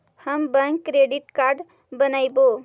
हम बैक credit card बनैवो?